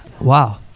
wow